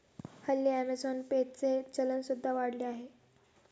हल्ली Amazon pay चे चलन सुद्धा वाढले आहे